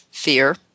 Fear